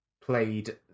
played